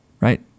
right